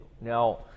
Now